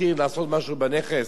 לעשות משהו בנכס,